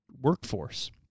workforce